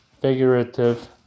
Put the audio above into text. figurative